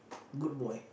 good boy